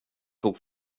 tog